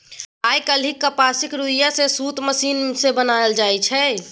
आइ काल्हि कपासक रुइया सँ सुत मशीन सँ बनाएल जाइ छै